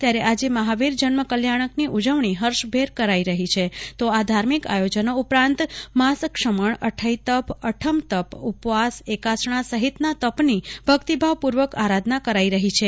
ત્યારે આજે મહાવીર જન્મ કલ્યાણકની ઉજવણી હર્ષભેર કરાઈ રહી છે તો આ ધાર્મિક આયોજનો ઉપરાંત માસક્ષમણ અફઈતપ અફમતપ ઉપવાસ અકોસણા સહિતનાતપની પણ ભક્તિભાવ પૂર્વક આરાધના કરાઈ રહી છે